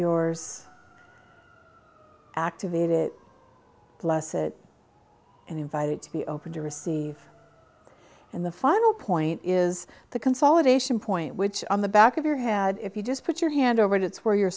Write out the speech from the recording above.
yours activate it bless it and invited to be open to receive and the final point is the consolidation point which on the back of your had if you just put your hand over it it's where your